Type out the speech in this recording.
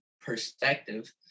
perspective